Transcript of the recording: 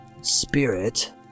Spirit